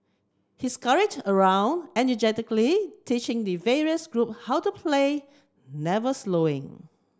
he around energetically teaching the various group how to play never slowing